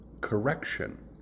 correction